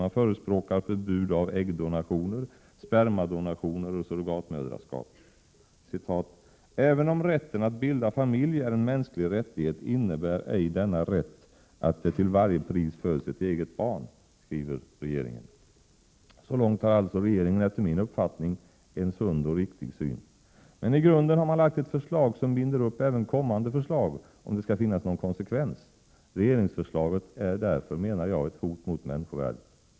Man förespråkar förbud av äggdonationer, spermadonationer och surrogatmödraskap. ”Även om rätten att bilda familj är en mänsklig rättighet innebär ej denna rätt att det till varje pris föds ett eget barn”, skriver regeringen. Så långt har alltså regeringen enligt min uppfattning en sund och riktig syn. Men i grunden har man lagt ett förslag som binder upp även kommande förslag, om det skall finnas någon konsekvens. Regeringsförslaget är därför, menar jag, ett hot mot människovärdet.